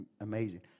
amazing